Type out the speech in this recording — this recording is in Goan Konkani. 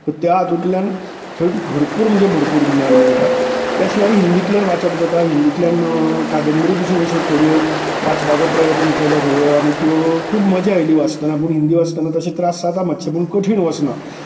त्या हातूंतल्यान थंय भरपूर म्हणजे भरपूर ज्ञान मेळटा त्या शिवाय हिंदीतल्यान वाचप जाता हिंदीतल्यान कादंबरी पुसून थोड्यो वाचपाचो प्रयत्न केलो सगळो आनी त्यो खूब मजा आयली वाचतना पूण हिंदी वाचतना तशे त्रास जाता मातशे पूण कठीण वचना